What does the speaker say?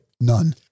None